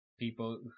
People